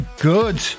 good